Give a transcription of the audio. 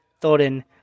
Thorin